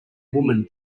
woman